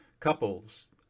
couples